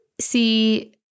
see